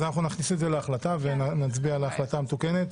אז נכניס את זה להחלטה ונצביע על ההחלטה המתוקנת.